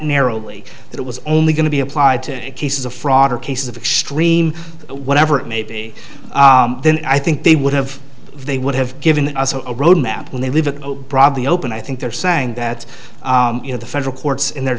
narrowly that it was only going to be applied to cases of fraud or cases of extreme whatever it may be then i think they would have they would have given us a road map when they leave it broadly open i think they're saying that you know the federal courts in the